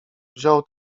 wziął